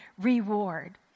reward